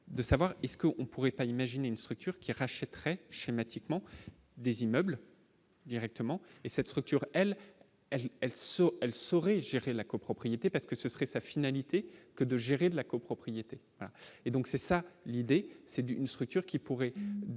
de savoir est-ce qu'on pourrait pas imaginer une structure qui rachèterait schématiquement des immeubles directement et cette structure, elle, elle, elle se elle sort gérer la copropriété parce que ce serait sa finalité que de gérer de la copropriété et donc c'est ça l'idée, c'est d'une structure qui pourrait, en